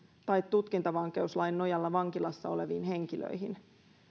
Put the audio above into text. tai tutkintavankeuslain nojalla vankilassa oleviin henkilöihin